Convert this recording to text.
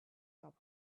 cup